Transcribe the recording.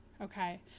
Okay